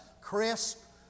crisp